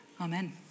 Amen